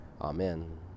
Amen